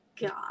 God